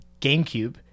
GameCube